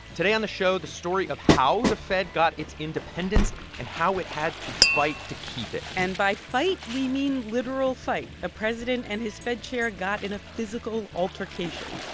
today on the show, the story of how the fed got its independence and how it had to fight to keep it and by fight, we mean literal fight. the ah president and his fed chair got in a physical altercation